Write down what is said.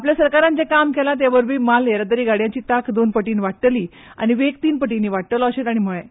आपल्या सरकारान जें काम केलां ते वरवी माल येरादारी गाडयांची तांक दोन पटींनी वाडतली आनी वेग तीन पटींनी वाडटलो अशें ताणी सांगलें